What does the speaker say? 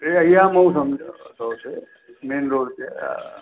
हे अया मूं सम्झ अथव हुते मेन रोड ते